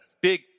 Big